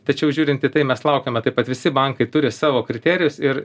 tačiau žiūrint į tai mes laukiame taip pat visi bankai turi savo kriterijus ir